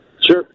Sure